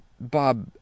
Bob